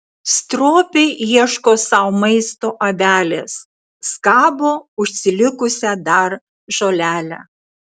stropiai ieško sau maisto avelės skabo užsilikusią dar žolelę